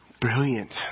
Brilliant